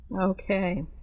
Okay